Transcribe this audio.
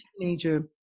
teenager